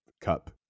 cup